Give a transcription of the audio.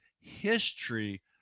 history